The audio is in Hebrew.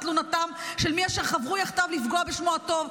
תלונתם של מי אשר חברו יחדיו לפגוע בשמו הטוב,